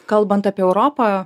kalbant apie europą